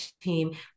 team